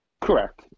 Correct